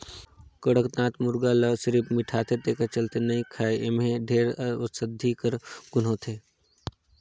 कड़कनाथ मुरगा ल सिरिफ मिठाथे तेखर चलते नइ खाएं एम्हे ढेरे अउसधी कर गुन होथे